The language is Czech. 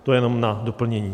To jenom na doplnění.